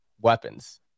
weapons